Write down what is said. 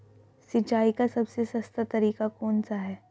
सिंचाई का सबसे सस्ता तरीका कौन सा है?